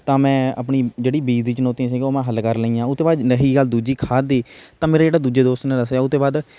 ਤਾਂ ਮੈਂ ਆਪਣੀ ਜਿਹੜੀ ਬੀਜ ਦੀ ਚੁਨੌਤੀਆਂ ਸੀਗੀਆਂ ਉਹ ਮੈਂ ਹੱਲ ਕਰ ਲਈਆਂ ਉਹ ਤੋਂ ਬਾਅਦ ਰਹੀ ਗੱਲ ਦੂਜੀ ਖਾਦ ਦੀ ਤਾਂ ਮੇਰੇ ਜਿਹੜਾ ਦੂਜੇ ਦੋਸਤ ਨੇ ਦੱਸਿਆ ਉਹ ਤੋਂ ਬਾਅਦ